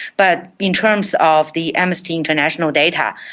but in terms of the amnesty international data,